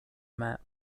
map